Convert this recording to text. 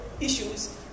issues